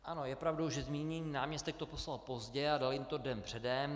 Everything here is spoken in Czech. Ano, je pravdou, že zmíněný náměstek to poslal pozdě a dal jim to den předem.